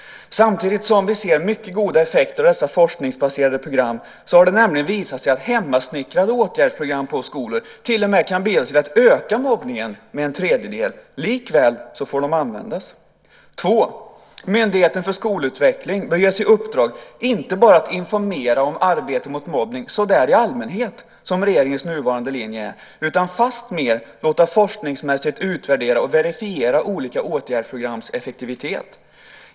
Samtidigt som vi ser mycket goda effekter av dessa forskningsbaserade program har det nämligen visat sig att hemsnickrade åtgärdsprogram på skolor till och med kan bidra till att öka mobbningen med en tredjedel - likväl får de användas. Myndigheten för skolutveckling bör ges i uppdrag inte bara att informera om arbete mot mobbning så där i allmänhet, som regeringens nuvarande linje är, utan låta forskningsmässigt utvärdera och verifiera olika åtgärdsprograms effektivitet.